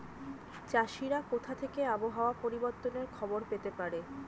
চাষিরা কোথা থেকে আবহাওয়া পরিবর্তনের খবর পেতে পারে?